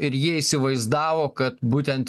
ir jie įsivaizdavo kad būtent